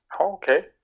Okay